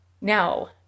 Now